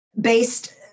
based